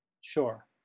Sure